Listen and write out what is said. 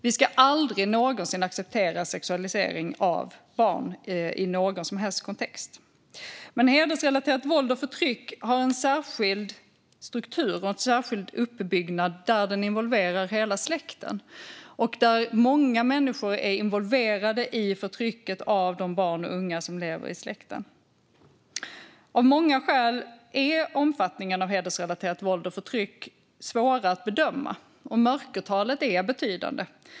Vi ska aldrig någonsin acceptera sexualisering av barn i någon som helst kontext. Men hedersrelaterat våld och förtryck har en särskild struktur och en särskild uppbyggnad. Det involverar hela släkten. Många människor är involverade i förtrycket av de barn och unga som lever i släkten. Av många skäl är omfattningen av hedersrelaterat våld och förtryck svårare att bedöma, och mörkertalet är betydande.